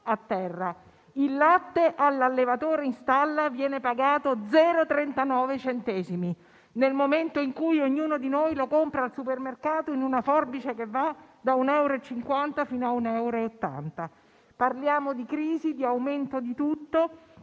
a terra. Il latte all'allevatore in stalla viene pagato 0,39 centesimi al litro, quando ognuno di noi lo compra al supermercato pagandolo in una forbice che va da 1,50 fino a 1,80 euro. Parliamo di crisi, di aumento di tutto: